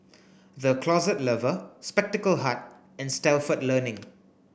the Closet Lover Spectacle Hut and Stalford Learning